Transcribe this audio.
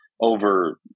Over